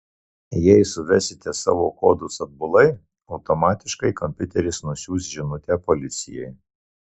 jei suvesite savo kodus atbulai automatiškai kompiuteris nusiųs žinutę policijai